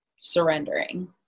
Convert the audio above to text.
surrendering